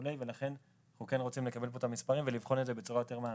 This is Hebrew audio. ולכן אנחנו כן רוצים לקבל את המספרים ולבחון את זה בצורה יותר מעמיקה.